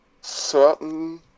certain